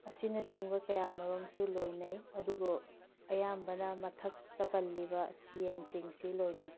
ꯑꯁꯤꯅꯆꯤꯡꯕ ꯀꯌꯥ ꯃꯔꯨꯝꯁꯨ ꯂꯣꯏꯅꯩ ꯑꯗꯨꯒ ꯑꯌꯥꯝꯕꯅ ꯃꯊꯛꯇ ꯄꯜꯂꯤꯕ ꯌꯦꯟꯁꯤꯡꯁꯤ ꯂꯣꯏꯅꯩ